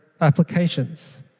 applications